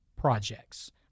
projects